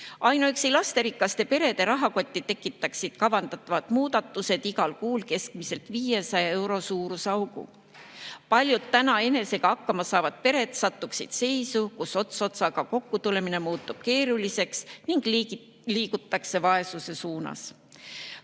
Ainuüksi lasterikaste perede rahakotti tekitaksid kavandatavad muudatused igal kuul keskmiselt 500 euro suuruse augu. Paljud täna enesega hakkama saavad pered sattuksid seisu, kus ots otsaga kokku tulemine muutub keeruliseks ning liigutakse vaesuse suunas.